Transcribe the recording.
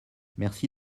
merci